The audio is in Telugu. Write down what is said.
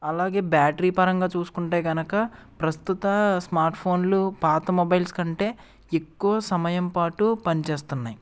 అలాగే బ్యాటరీ పరంగా చూసుకుంటే కనుక ప్రస్తుత స్మార్ట్ఫోన్లు పాత మొబైల్స్ కంటే ఎక్కువ సమయం పాటు పని చేస్తున్నాయి